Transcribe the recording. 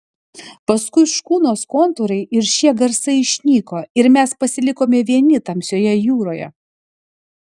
paskui škunos kontūrai ir šie garsai išnyko ir mes pasilikome vieni tamsioje jūroje